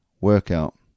workout